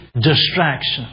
distraction